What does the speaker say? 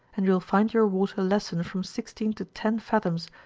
and you will find your water lessen from sixteen to ten fathoms,